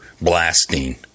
blasting